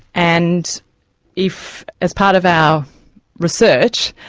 and if as part of our research,